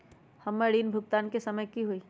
हमर ऋण भुगतान के समय कि होई?